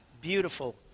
beautiful